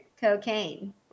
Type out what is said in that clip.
Cocaine